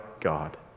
God